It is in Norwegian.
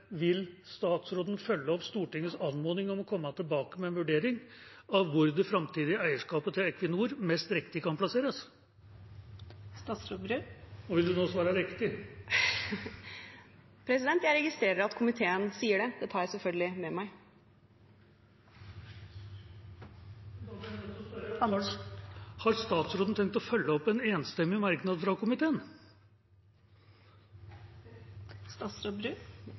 Vil statsråden følge opp Stortingets anmodning om å komme tilbake med en vurdering av hvor det framtidige eierskapet til Equinor mest riktig kan plasseres? Og vil statsråden nå svare riktig? Jeg registrerer at komiteen sier det. Det tar jeg selvfølgelig med meg. Da blir jeg nødt til å spørre: Har statsråden tenkt å følge opp en enstemmig merknad fra komiteen?